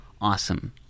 Awesome